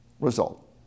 result